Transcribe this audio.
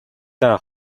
даа